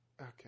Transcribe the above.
okay